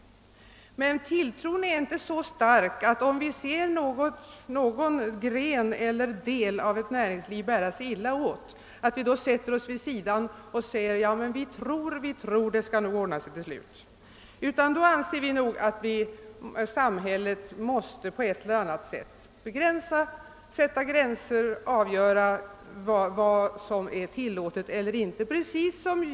Men tilltron är inte så stark att vi, om vi ser någon gren eller någon del av näringslivet bära sig illa åt, säger att »vi tror att det nog skall ordna sig till slut«. Vi anser att samhället måste sätta gränser och avgöra vad som är tillåtet eller inte.